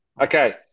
Okay